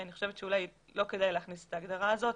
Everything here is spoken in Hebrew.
אני חושבת שאולי לא כדאי להכניס את ההגדרה הזאת.